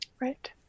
Right